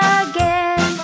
again